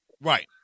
Right